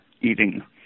eating